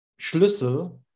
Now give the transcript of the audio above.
schlüssel